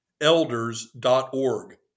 elders.org